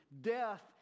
Death